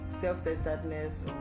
self-centeredness